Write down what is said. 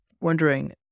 wondering